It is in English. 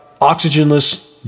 oxygenless